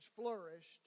flourished